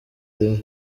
rimwe